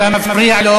אתה מפריע לו.